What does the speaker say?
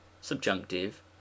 Subjunctive